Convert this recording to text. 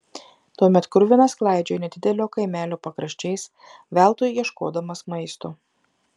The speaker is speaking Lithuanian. tuomet kruvinas klaidžiojo nedidelio kaimelio pakraščiais veltui ieškodamas maisto